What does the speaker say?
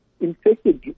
infected